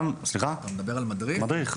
מדריך.